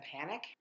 panic